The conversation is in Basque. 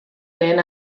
lehen